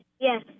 Yes